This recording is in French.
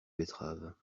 betteraves